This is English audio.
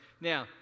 now